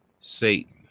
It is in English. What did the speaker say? Satan